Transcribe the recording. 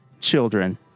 children